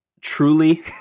truly